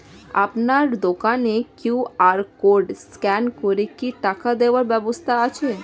আপনার দোকানে QR code scan করে কি টাকা দেওয়ার ব্যবস্থা আছে?